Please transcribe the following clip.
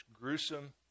gruesome